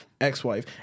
Ex-wife